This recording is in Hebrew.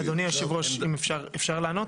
אדוני יושב הראש, אפשר לענות?